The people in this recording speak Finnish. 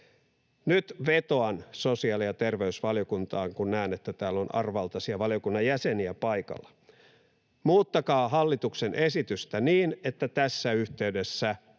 Nyt vetoan sosiaali- ja terveysvaliokuntaan, kun näen, että täällä on arvovaltaisia valiokunnan jäseniä paikalla: muuttakaa hallituksen esitystä niin, että tässä yhteydessä